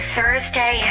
Thursday